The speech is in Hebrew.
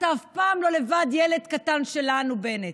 אתה אף פעם לא לבד, ילד קטן שלנו, בנט.